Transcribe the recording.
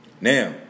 Now